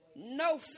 No